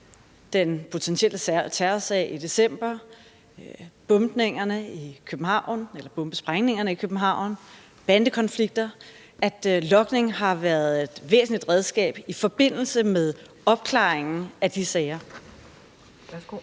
den potentielle terrorsag i december, bombesprængningerne i København og bandekonflikterne – har logning været et væsentligt redskab i forbindelse med opklaringen af de sager? Kl.